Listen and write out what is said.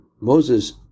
Moses